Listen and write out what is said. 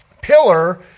Pillar